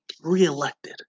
reelected